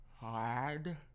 Hard